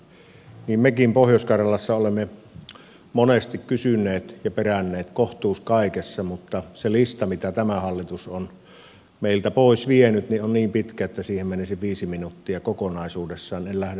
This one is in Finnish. niin mekin pohjois karjalassa olemme monesti kysyneet ja peränneet kohtuus kaikessa mutta se lista mitä tämä hallitus on meiltä pois vienyt on niin pitkä että siihen menisi viisi minuuttia kokonaisuudessaan en lähde luettelemaan sitä